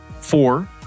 four